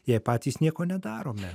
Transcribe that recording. jei patys nieko nedarome